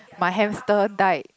my hamster died